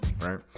right